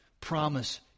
promise